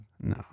No